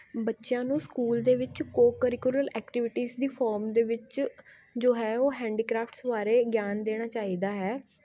ਬੱਚਿਆਂ ਨੂੰ ਸਕੂਲ ਦੇ ਵਿੱਚ ਕੋਕਰੀਕੁਲਰ ਐਕਟੀਵਿਟੀਸ ਦੀ ਫੋਮ ਦੇ ਵਿੱਚ ਜੋ ਹੈ ਉਹ ਹੈਂਡੀਕ੍ਰਾਫਟਸ ਬਾਰੇ ਗਿਆਨ ਦੇਣਾ ਚਾਹੀਦਾ ਹੈ